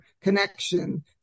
connection